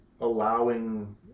allowing